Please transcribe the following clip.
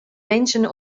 menschen